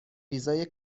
ویزای